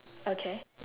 okay